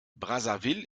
brazzaville